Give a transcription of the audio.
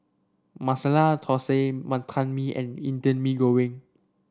Masala Thosai Wonton Mee and Indian Mee Goreng